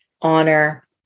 honor